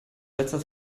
letzter